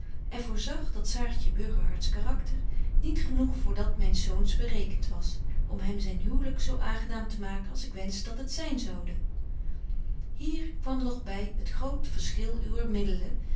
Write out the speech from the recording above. en voorzag dat saartje burgerharts karakter niet genoeg voor dat myns zoons berekent was om hem zyn huwlyk zo aangenaam te maken als ik wensch dat het zyn zoude hier kwam nog by het groot verschil uwer middelen